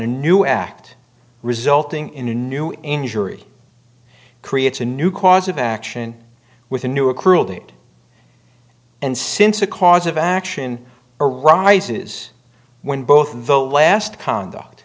a new act resulting in a new injury creates a new cause of action with a new accrual date and since a cause of action arises when both vote last conduct